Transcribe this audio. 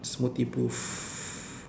smoothie booth